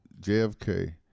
JFK